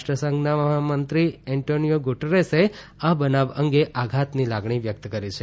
રાષ્ટ્રસંઘના મહામંત્રી એન્ટોનીયો ગુટેરસે આ બનાવ અંગે આધાતની લાગણી વ્યક્ત કરી છે